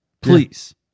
Please